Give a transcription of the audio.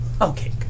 Okay